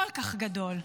כל כך גדול,